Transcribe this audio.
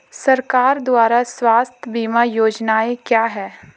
सरकार द्वारा स्वास्थ्य बीमा योजनाएं क्या हैं?